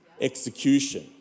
execution